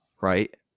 Right